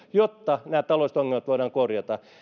jotta nämä taloudelliset ongelmat voidaan korjata